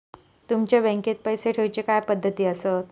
तुमच्या बँकेत पैसे ठेऊचे काय पद्धती आसत?